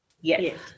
Yes